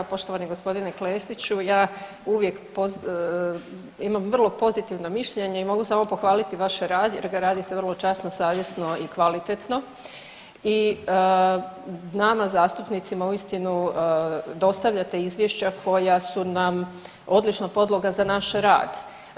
Poštovani gospodine Klešiću ja uvijek imam vrlo pozitivno mišljenje i mogu samo pohvaliti vaš rad jer ga radite vrlo časno, savjesno i kvalitetno i nama zastupnicima uistinu dostavljate izvješća koja su nam odlična podloga za naš rad.